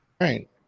Right